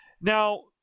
Now